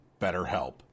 BetterHelp